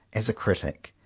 as a critic,